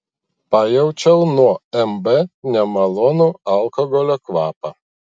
pajaučiau nuo mb nemalonų alkoholio kvapą